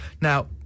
Now